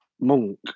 Monk